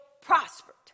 prospered